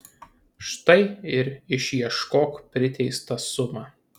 štai ir išieškok priteistą sumą